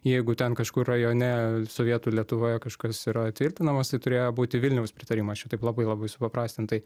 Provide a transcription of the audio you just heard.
jeigu ten kažkur rajone sovietų lietuvoje kažkas yra tvirtinamas tai turėjo būti vilniaus pritarimas čia taip labai labai supaprastintai